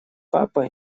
папа